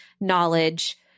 knowledge